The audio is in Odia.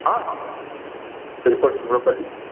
ହଁ ହଁ ରିପୋର୍ଟ୍ ସଂଗ୍ରହ କରିବି